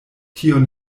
tion